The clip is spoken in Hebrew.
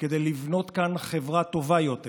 כדי לבנות כאן חברה טובה יותר